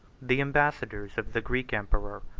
the ambassadors of the greek emperor,